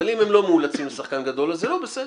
אבל אם הם לא מאולצים לשחקן גדול, זה לא בסדר.